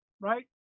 Right